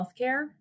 healthcare